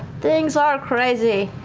things are crazy.